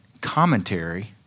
commentary